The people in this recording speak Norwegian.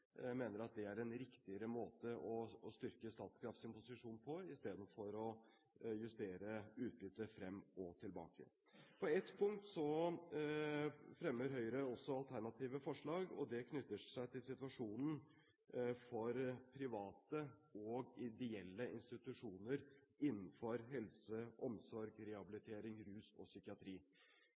mener det er en riktigere måte å styrke Statskrafts posisjon på istedenfor å justere utbyttet frem og tilbake. På ett punkt fremmer Høyre også alternative forslag, og det knytter seg til situasjonen for private og ideelle institusjoner innenfor helse, omsorg, rehabilitering, rus og psykiatri.